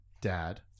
dad